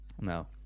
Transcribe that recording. No